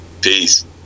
Peace